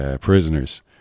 prisoners